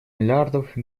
миллиардов